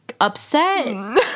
upset